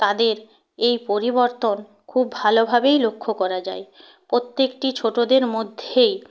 তাদের এই পরিবর্তন খুব ভালোভাবেই লক্ষ্য করা যায় প্রত্যেকটি ছোটদের মধ্যেই